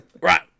right